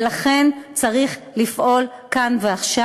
ולכן צריך לפעול כאן ועכשיו.